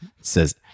says